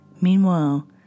Meanwhile